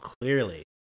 clearly